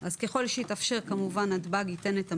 ככל שיתאפר כמובן נתב"ג ייתן את המענה.